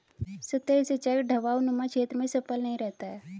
सतही सिंचाई ढवाऊनुमा क्षेत्र में सफल नहीं रहता है